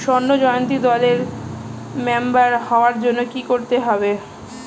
স্বর্ণ জয়ন্তী দলের মেম্বার হওয়ার জন্য কি করতে হবে?